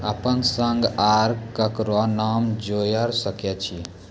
अपन संग आर ककरो नाम जोयर सकैत छी?